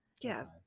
Yes